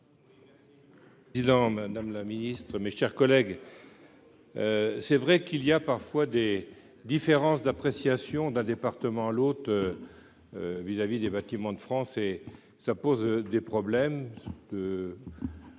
Monsieur Pointereau. Bilan : Madame la Ministre, mes chers collègues, c'est vrai qu'il y a parfois des différences d'appréciation d'un département à l'autre, vis-à-vis des bâtiments de France, et ça pose des problèmes